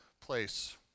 place